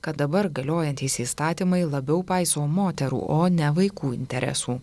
kad dabar galiojantys įstatymai labiau paiso moterų o ne vaikų interesų